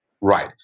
Right